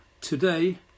Today